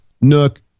Nook